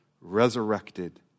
resurrected